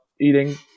eating